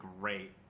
great